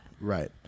Right